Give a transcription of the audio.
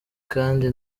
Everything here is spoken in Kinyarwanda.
kandi